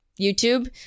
YouTube